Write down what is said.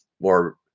more